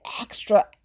Extra